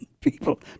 people